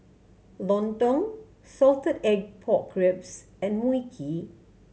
lontong salted egg pork ribs and Mui Kee